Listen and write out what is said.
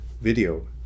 video